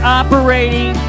operating